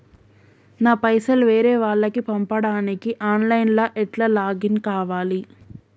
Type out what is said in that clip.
నా పైసల్ వేరే వాళ్లకి పంపడానికి ఆన్ లైన్ లా ఎట్ల లాగిన్ కావాలి?